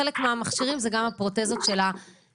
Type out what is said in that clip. חלק מהמכשירים זה גם הפרוטזות של ה-18,20,